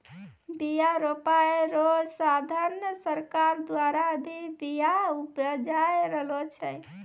बिया रोपाय रो साधन सरकार द्वारा भी बिया उपजाय रहलो छै